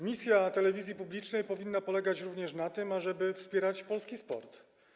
Misja telewizji publicznej powinna polegać również na tym, ażeby wspierać polski sport.